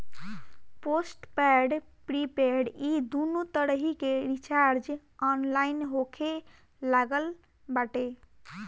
postpaid prepaid इ दूनो तरही के रिचार्ज ऑनलाइन होखे लागल बाटे